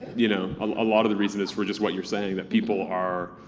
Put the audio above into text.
you know um a lot of the reason is for just what you're saying that people are